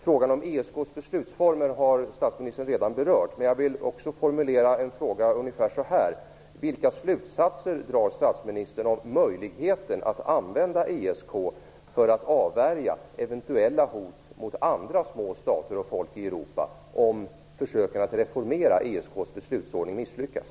Frågan om ESK:s beslutsformer har statsministern redan berört. Men jag vill ändå formulera en fråga: Vilka slutsatser drar statsministern om möjligheten att använda ESK för att avvärja eventuella hot mot andra små stater och folkgrupper i Europa, om ESK:s beslutsordning misslyckas?